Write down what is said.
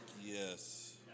Yes